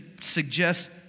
suggest